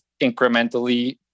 incrementally